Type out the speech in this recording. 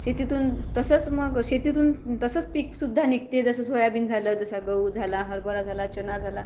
शेतीतून तसंच मग शेतीतून तसंच पीकसुद्धा निघते जसं सोयाबीन झालं जसा गहू झाला हरभरा झाला चना झाला